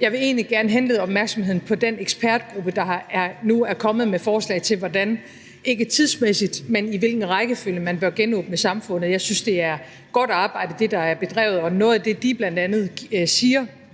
Jeg vil egentlig gerne henlede opmærksomheden på den ekspertgruppe, der nu er kommet med forslag til, hvordan – ikke tidsmæssigt, men i hvilken rækkefølge – man bør genåbne samfundet. Jeg synes, det er et godt arbejde, der er bedrevet, og noget af det, de bl.a. siger,